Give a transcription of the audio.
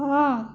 ହଁ